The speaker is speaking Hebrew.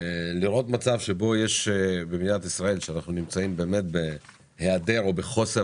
לראות מצב שבו במדינת ישראל כשאנחנו נמצאים בהעדר או בחוסר